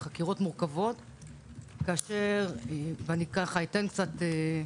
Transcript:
זה חקירות מורכבות כאשר אני אתן קצת רקע